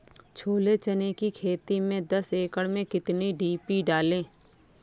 छोले चने की खेती में दस एकड़ में कितनी डी.पी डालें?